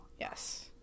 Yes